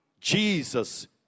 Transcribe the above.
Jesus